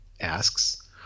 asks